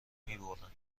میبردند